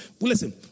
Listen